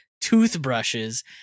toothbrushes